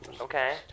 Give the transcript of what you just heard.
okay